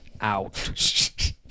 out